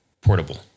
portable